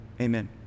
Amen